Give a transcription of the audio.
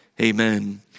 amen